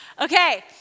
Okay